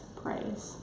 praise